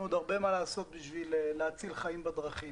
עוד הרבה מה לעשות בשביל להציל חיים בדרכים,